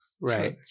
Right